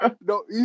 No